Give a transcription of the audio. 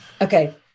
okay